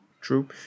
True